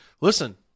Listen